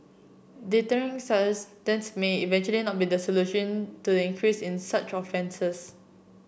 sentence may eventually not be the solution to the increase in such offences